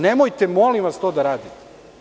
Nemojte, molim vas, to da radite.